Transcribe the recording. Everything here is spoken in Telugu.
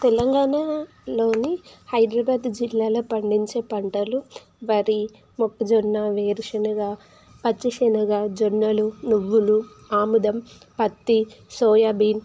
తెలంగాణ లోని హైదరాబాద్ జిల్లాలో పండించే పంటలు వరి మొక్కజొన్న వేరుశనగ పచ్చిశనగ జొన్నలు నువ్వులు ఆముదం పత్తి సోయాబీన్